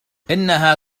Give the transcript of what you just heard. إنها